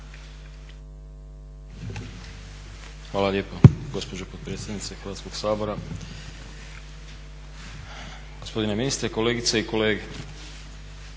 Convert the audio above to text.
Hvala lijepo gospođo potpredsjednice Hrvatskog sabora. Gospodine ministre, kolegice i kolege.